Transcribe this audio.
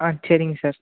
ஆ சரிங்க சார்